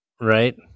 Right